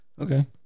okay